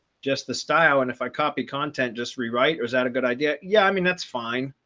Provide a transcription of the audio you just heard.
just the style? and if i copy content, just rewrite? or is that a good idea? yeah, i mean, that's fine.